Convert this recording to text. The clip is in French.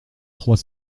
trois